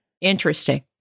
Interesting